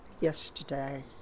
yesterday